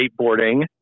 skateboarding